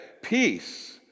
Peace